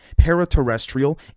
paraterrestrial